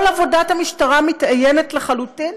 כל עבודת המשטרה מתאיינת לחלוטין